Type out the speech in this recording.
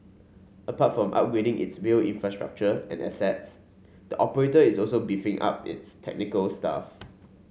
apart from upgrading its rail infrastructure and assets the operator is also beefing up its technical staff